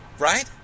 right